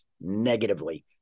negatively